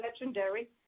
legendary